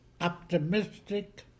optimistic